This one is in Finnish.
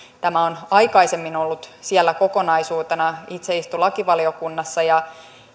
tämä on aikaisemmin ollut siellä kokonaisuutena itse istun lakivaliokunnassa ja